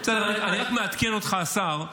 בסדר, אני רק מעדכן אותך, השר.